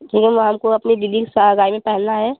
क्योंकि हमको अपनी दीदी की सगाई में पहनना है